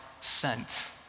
sent